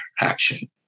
action